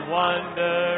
wonder